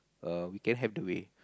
err we can have the way